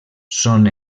són